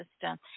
system